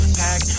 pack